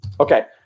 Okay